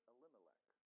Elimelech